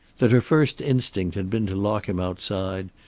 that her first instinct had been to lock him outside,